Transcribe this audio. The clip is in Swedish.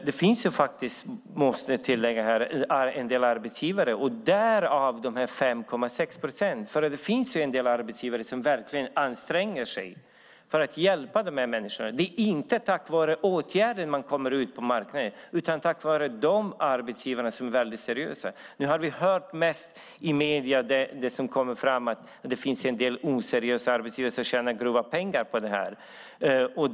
Det finns faktiskt, måste jag tillägga, en del arbetsgivare som verkligen anstränger sig för att hjälpa de här människorna - därav de 5,6 procenten. Det är inte tack vare åtgärder man kommer ut på marknaden utan tack vare de arbetsgivare som är väldigt seriösa. Vi har i medierna mest hört att det finns en del oseriösa arbetsgivare som tjänar grova pengar på det här.